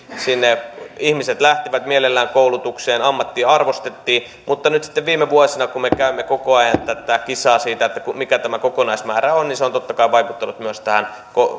sinne ihmiset lähtivät mielellään koulutukseen ammattia arvostettiin mutta nyt sitten viime vuosina kun me käymme koko ajan tätä kisaa siitä mikä tämä kokonaismäärä on se on totta kai vaikuttanut myös tähän